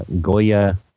Goya